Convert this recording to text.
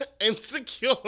insecure